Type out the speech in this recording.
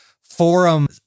forum